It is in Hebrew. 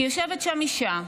כי יושבת שם אישה,